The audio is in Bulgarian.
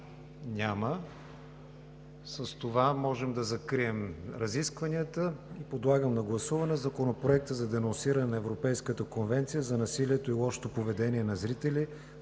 Няма. С това можем да закрием разискванията. Подлагам на гласуване Законопроекта за денонсиране на Европейската конвенция за насилието и лошото поведение на зрители